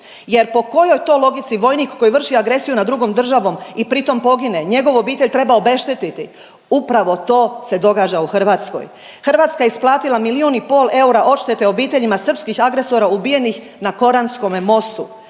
Jer po kojoj to logici vojnik koji vrši agresiju nad drugom državom i pri tom pogine, njegovu obitelj treba obeštetiti. Upravo to se događa u Hrvatskoj. Hrvatska je isplatila milijun i pol eura odštete obiteljima srpskih agresora ubijenih na Koranskome mostu.